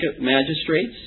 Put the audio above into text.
magistrates